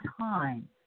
time